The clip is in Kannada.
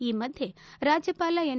ಈ ಮಧ್ಯೆ ರಾಜ್ಜಪಾಲ ಎನ್